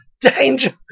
Danger